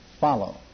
follow